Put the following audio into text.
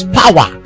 power